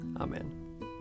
Amen